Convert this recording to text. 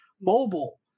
mobile